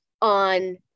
on